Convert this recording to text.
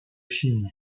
chine